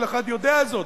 כל אחד יודע זאת,